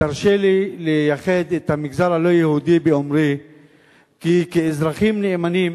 תרשה לי לייחד את המגזר הלא-יהודי באומרי כי כאזרחים נאמנים,